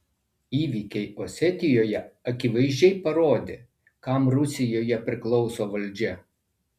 įvykiai osetijoje akivaizdžiai parodė kam rusijoje priklauso valdžia